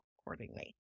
accordingly